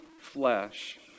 flesh